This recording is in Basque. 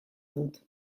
dut